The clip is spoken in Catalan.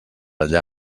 allà